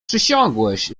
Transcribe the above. przysiągłeś